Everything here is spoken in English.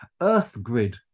EarthGrid